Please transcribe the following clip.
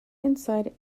inside